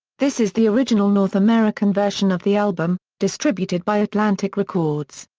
this is the original north american version of the album, distributed by atlantic records.